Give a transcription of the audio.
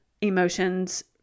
emotions